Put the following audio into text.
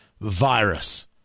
virus